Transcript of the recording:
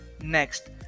Next